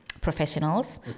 professionals